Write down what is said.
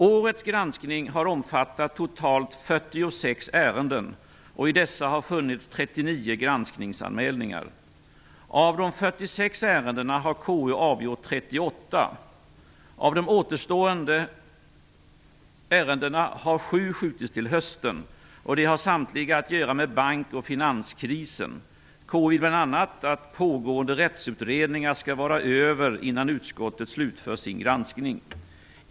Årets granskning har omfattat totalt 46 ärenden, och i dessa har funnits 39 granskningsanmälningar. Av de 46 ärendena har KU avgjort 38. Av de återstående ärendena har 7 skjutits till hösten. De har samtliga att göra med bank och finanskrisen. KU vill bl.a. att pågående rättsutredningar skall vara över innan utskottet slutför sin granskning.